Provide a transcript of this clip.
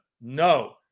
No